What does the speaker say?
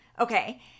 Okay